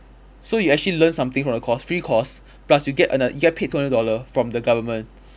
so you actually learn something from the course free course plus you get ano~ you get paid two hundred dollar from the government